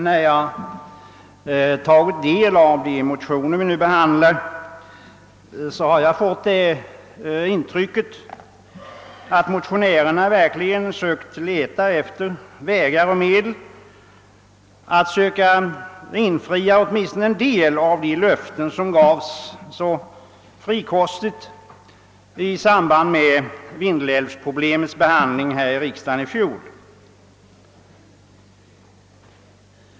När jag tagit del av de motioner vi nu behandlar har jag fått det intrycket att motionärerna verkligen har letat efter vägar och medel för att försöka infria åtminstone en del av de löften som så frikostigt gavs när riksdagen i fjol behandlade vindelälvsproblemet.